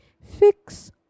Fix